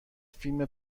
فیلم